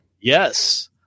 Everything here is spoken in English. Yes